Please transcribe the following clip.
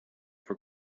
for